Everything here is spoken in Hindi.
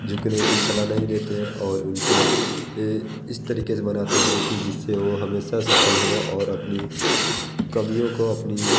झुकने की सलाह नहीं हैं और उनको इस तरीक़े से बनाते है कि जिससे वो हमेशा सफल हो और अपनी कमियों को अपनी